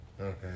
Okay